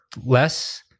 less